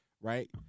right